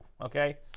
okay